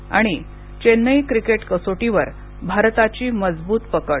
आणि चेन्नई क्रिकेट कसोटीवर भारताची मजबूत पकड